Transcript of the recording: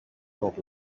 dog